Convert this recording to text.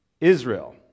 Israel